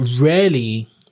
rarely